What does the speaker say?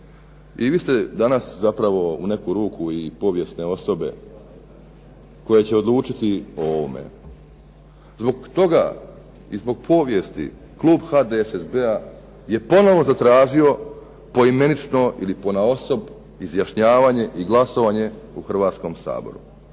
i vi ste danas zapravo u neku ruku i povijesne osobe koje će odlučiti o ovome. Zbog toga i zbog povijesti klub HDSSB-a je ponovo zatražio poimenično ili ponaosob izjašnjavanje i glasovanje u Hrvatskom saboru